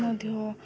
ମଧ୍ୟ